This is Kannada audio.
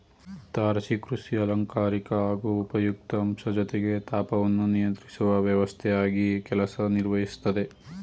ತಾರಸಿ ಕೃಷಿ ಅಲಂಕಾರಿಕ ಹಾಗೂ ಉಪಯುಕ್ತ ಅಂಶ ಜೊತೆಗೆ ತಾಪವನ್ನು ನಿಯಂತ್ರಿಸುವ ವ್ಯವಸ್ಥೆಯಾಗಿ ಕೆಲಸ ನಿರ್ವಹಿಸ್ತದೆ